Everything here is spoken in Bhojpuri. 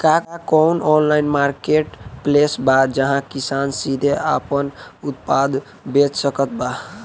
का कउनों ऑनलाइन मार्केटप्लेस बा जहां किसान सीधे आपन उत्पाद बेच सकत बा?